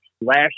Last